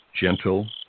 gentle